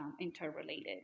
interrelated